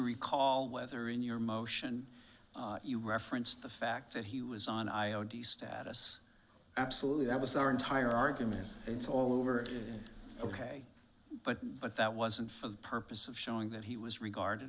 recall whether in your motion you referenced the fact that he was on io d status absolutely that was our entire argument it's all over ok but but that wasn't for the purpose of showing that he was regarded